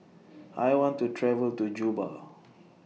I want to travel to Juba